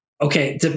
okay